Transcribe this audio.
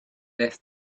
less